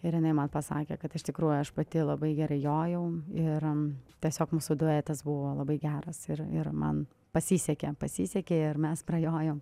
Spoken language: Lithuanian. ir jinai man pasakė kad iš tikrųjų aš pati labai gerai jojau ir tiesiog mūsų duetas buvo labai geras ir ir man pasisekė pasisekė ir mes prajojom